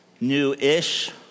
new-ish